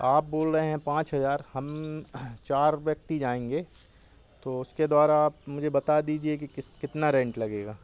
आप बोल रहे हैं पाँच हज़ार हम चार व्यक्ति जाएंगे तो उसके द्वारा मुझे बता दीजिए कि किस कितना रेंट लगेगा